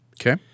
Okay